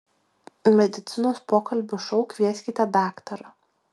medicinos pokalbių šou kvieskite daktarą